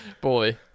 boy